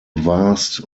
vast